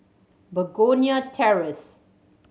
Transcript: Begonia Terrace